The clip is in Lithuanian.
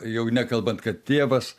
jau nekalbant kad tėvas